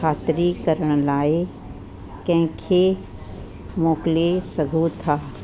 खातरी करण लाइ कंहिंखे मोकिले सघो था